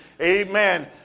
amen